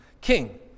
king